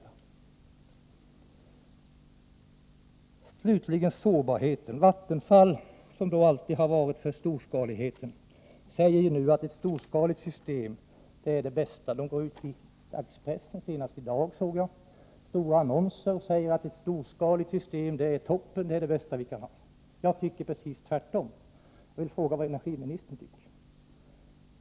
Slutligen vill jag ställa en fråga som gäller sårbarheten. Vattenfall, som alltid har varit för tanken på storskalighet, säger också nu att storskaligheten är det bästa — senast i dag såg jag att Vattenfall i en stor annons i dagspressen säger att ett storskaligt system är det bästa vi kan ha. Jag tycker precis tvärtom. Jag vill fråga vad energiministern tycker.